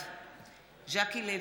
ז'קי לוי,